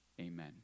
Amen